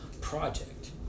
project